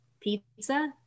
pizza